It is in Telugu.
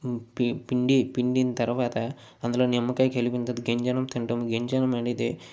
పి పిండి పిండిన తర్వాత అందులో నిమ్మకాయ కలిపిన తరువాత గంజి అన్నం తింటాము గంజి అన్నం అనేది